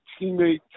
teammate